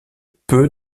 peu